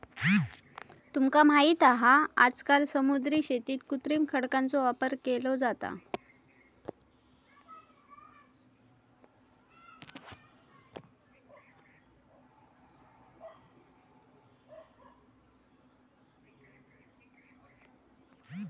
तुका माहित हा आजकाल समुद्री शेतीत कृत्रिम खडकांचो वापर केलो जाता